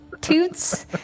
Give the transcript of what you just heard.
toots